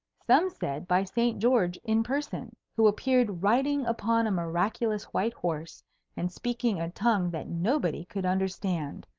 some said by saint george in person, who appeared riding upon a miraculous white horse and speaking a tongue that nobody could understand,